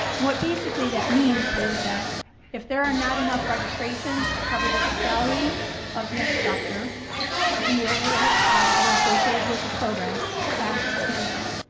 what basically that means is that if there are not enough registrations to cover the salary of the instructor and the overhead costs that are associated with the program, the class is canceled.